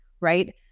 right